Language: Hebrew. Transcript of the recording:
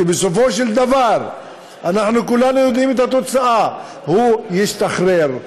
כשבסופו של דבר אנחנו כולנו יודעים את התוצאה: הוא ישתחרר.